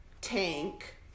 Tank